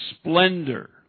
splendor